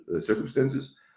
circumstances